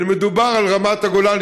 ומדובר על רמת הגולן,